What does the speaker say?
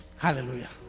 Hallelujah